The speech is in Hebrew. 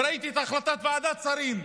וראיתי את החלטת ועדת השרים,